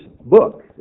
book